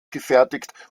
gefertigt